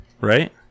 right